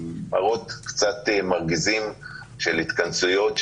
עם מראות קצת מרגיזים של התכנסויות,